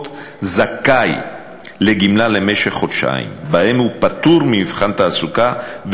זכאי לגמלה למשך חודשיים שבהם הוא פטור ממבחן תעסוקה,